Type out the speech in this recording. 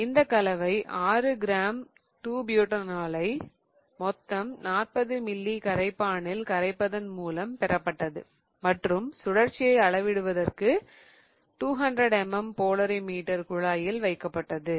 இந்த கலவை 6 கிராம் 2 பியூடனோலை மொத்தம் 40 மில்லி கரைப்பானில் கரைப்பதன் மூலம் பெறப்பட்டது மற்றும் சுழற்சியை அளவிடுவதற்கு 200 mm போலரிமீட்டர் குழாயில் வைக்கப்பட்டது